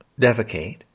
defecate